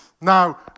Now